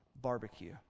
barbecue